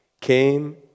came